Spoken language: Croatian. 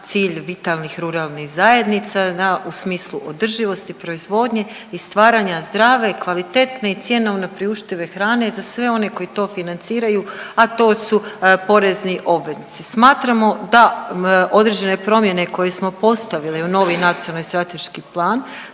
cilj vitalnih ruralnih zajednica u smislu održivosti proizvodnje i stvaranja zdrave, kvalitetne i cjenovno priuštive hrane za sve one koji to financiraju, a to su porezni obveznici. Smatramo da određene promjene koje smo postavili u novi Nacionalni strateški plan